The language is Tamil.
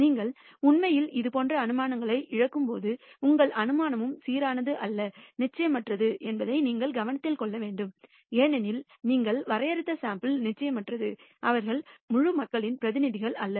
நீங்கள் உண்மையில் இதுபோன்ற அனுமானங்களை இழக்கும்போது உங்கள் அனுமானமும் சீரானது அல்லது நிச்சயமற்றது என்பதை நீங்கள் கவனத்தில் கொள்ள வேண்டும் ஏனெனில் நீங்கள் வரைந்த சாம்பிள் யும் நிச்சயமற்றது அவர்கள் முழு மக்களின் பிரதிநிதிகள் அல்ல